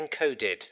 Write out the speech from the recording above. encoded